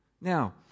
Now